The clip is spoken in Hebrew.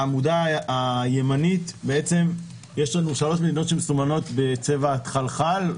בעמודה הימנית יש לנו שלוש מדינות שמסומנות בצבע תכלכל,